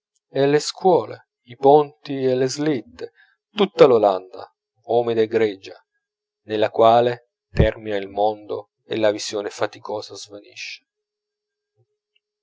e le scuole i ponti e le slitte tutta l'olanda umida e grigia nella quale termina il mondo e la visione faticosa svanisce